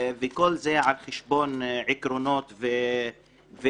וכל זה על חשבון עקרונות ומוסר.